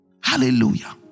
Hallelujah